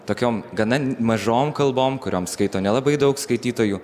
tokiom gana mažom kalbom kuriom skaito nelabai daug skaitytojų